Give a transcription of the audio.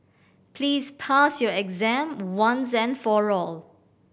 please pass your exam once and for all